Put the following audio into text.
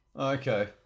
Okay